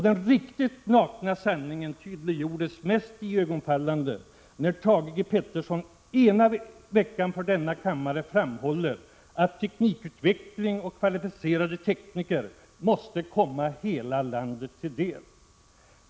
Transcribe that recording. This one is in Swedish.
Den riktigt nakna sanningen tydliggjordes mest iögonenfallande när Thage G. Peterson den ena veckan för denna kammare framhöll att teknikutveckling och kvalificerade tekniker måste komma hela landet till del.